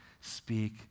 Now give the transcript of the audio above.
speak